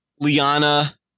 liana